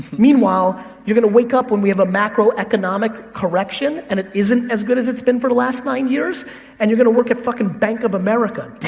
meanwhile you're gonna wake up when we have a macroeconomic correction, and it isn't as good as it's been the last nine years and you're gonna work at fuckin' bank of america,